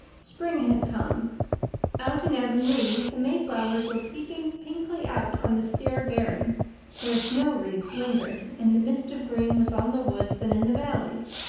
spring had come out in avonlea the mayflowers were peeping pinkly out on the sere barrens where snow-wreaths lingered and the mist of green was on the woods and in the valleys.